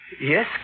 Yes